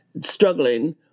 struggling